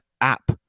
app